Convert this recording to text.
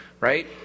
right